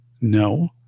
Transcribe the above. no